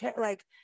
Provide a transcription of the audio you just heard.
like-